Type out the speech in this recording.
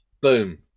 Boom